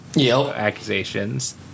accusations